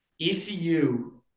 ECU